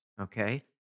okay